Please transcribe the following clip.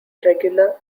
regular